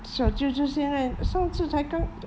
小舅就现在上次才刚